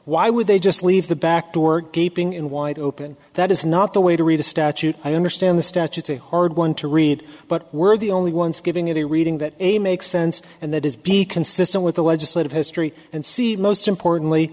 why would they just leave the back door gaping in wide open that is not the way to read a statute i understand the statutes a hard one to read but we're the only ones giving it a reading that a makes sense and that is be consistent with the legislative history and see most importantly